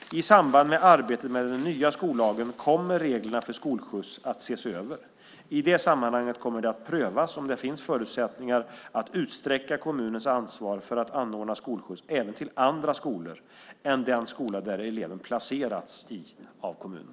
I samband med arbetet med den nya skollagen kommer reglerna för skolskjuts att ses över. I det sammanhanget kommer det att prövas om det finns förutsättningar att utsträcka kommunens ansvar för att anordna skolskjuts även till andra skolor än den skola eleven placerats i av kommunen.